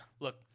Look